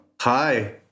Hi